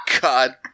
God